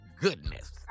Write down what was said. goodness